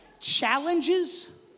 challenges